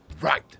Right